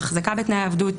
אחזקה בתנאי עבדות,